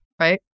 right